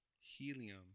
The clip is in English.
helium